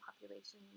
population